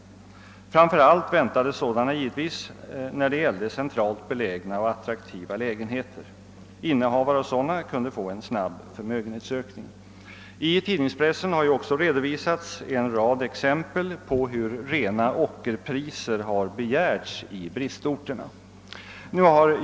Framför allt väntades givetvis sådana när det gällde centralt belägna och attraktiva lägenheter. Innehavarna av sådana lägenheter kunde då få en snabb förmögenhetsökning. I tidningspressen har också redovisats en rad exempel på hur rena ockerpriser har begärts i bristorterna.